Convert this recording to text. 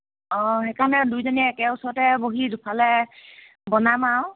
অঁ সেইকাৰণে দুইজনীয়ে একে ওচৰতে বহি দুফালে বনাম আৰু